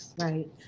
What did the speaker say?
right